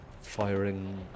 firing